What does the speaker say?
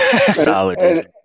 solid